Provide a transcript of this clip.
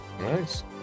Nice